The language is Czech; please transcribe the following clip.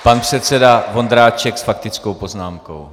Pan předseda Vondráček s faktickou poznámkou.